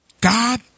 God